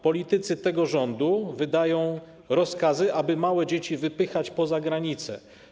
Politycy tego rządu wydają rozkazy, aby małe dzieci wypychać poza granicę.